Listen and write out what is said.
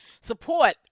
Support